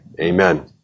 Amen